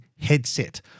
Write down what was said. headset